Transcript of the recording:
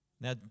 Now